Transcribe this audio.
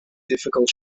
difficult